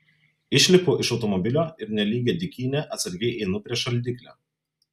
išlipu iš automobilio ir nelygia dykyne atsargiai einu prie šaldiklio